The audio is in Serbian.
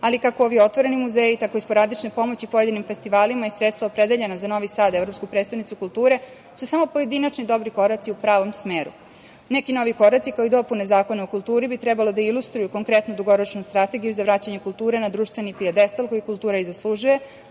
ali kako ovi otvoreni muzeji, tako i sporadične pomoći pojedinim festivalima i sredstva opredeljena za Novi Sad, evropsku prestonicu kulture, su samo pojedinačni dobri koraci u pravom smeru. Neki novi koraci, kao i dopune Zakona o kulturi bi trebalo ilustruju konkretnu dugoročnu strategiju za vraćanje kulture na društveni pijedestal koji kultura i zaslužuje,